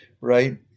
right